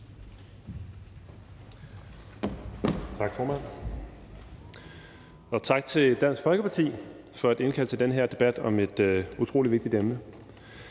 Tak, formand. Og tak til Dansk Folkeparti for at indkalde til den her debat om et utrolig vigtigt emne.